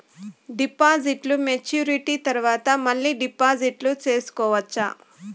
డిపాజిట్లు మెచ్యూరిటీ తర్వాత మళ్ళీ డిపాజిట్లు సేసుకోవచ్చా?